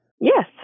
Yes